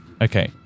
Okay